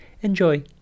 Enjoy